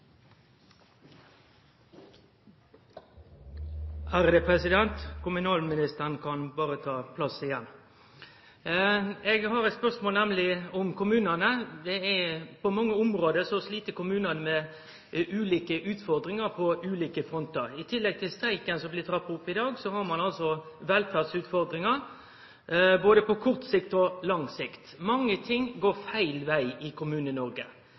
Kommunalministeren kan berre ta plass igjen. Eg har nemleg eit spørsmål om kommunane. På mange område slit kommunane med ulike utfordringar på ulike frontar. I tillegg til streiken, som blir trappa opp i dag, har ein altså velferdsutfordringar, både på kort sikt og på lang sikt. Mange ting går feil veg i